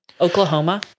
Oklahoma